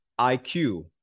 IQ